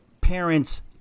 parents